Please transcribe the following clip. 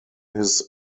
his